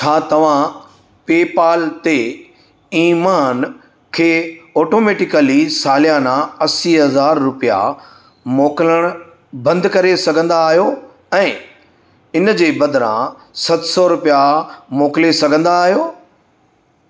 छा तव्हां पेपाल ते ईमान खे ऑटोमैटिकली सालियाना असीं हज़ार रुपिया मोकिलणु बंदि करे सघंदा आहियो ऐं इन जे बदिरां सत सौ रुपिया मोकिले सघंदा आहियो